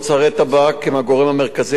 הפרסומות למוצרי טבק הן הגורם המרכזי